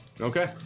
Okay